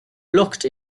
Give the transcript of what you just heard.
looked